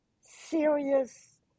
serious